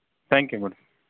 thank you madam